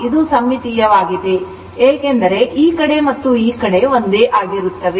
ಇದು ಸಮ್ಮಿತೀಯವಾಗಿದೆ ಏಕೆಂದರೆ ಈ ಕಡೆ ಮತ್ತು ಈ ಕಡೆ ಒಂದೇ ಆಗಿರುತ್ತವೆ